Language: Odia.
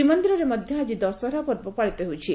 ଶ୍ରୀମନ୍ଦିରରେ ମଧ୍ଧ ଆଜି ଦଶହରା ପର୍ବ ପାଳିତ ହେଉଛି